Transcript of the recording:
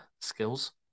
skills